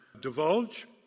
divulge